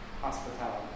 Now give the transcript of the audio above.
hospitality